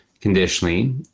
conditionally